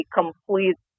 complete